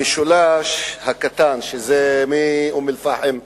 המשולש הקטן, שזה מאום-אל-פחם צפונה,